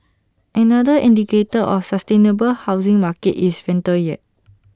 another indicator of A sustainable housing market is rental yield